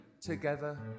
together